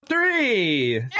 Three